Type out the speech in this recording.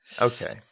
Okay